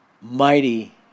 mighty